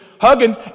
hugging